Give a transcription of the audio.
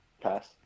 Pass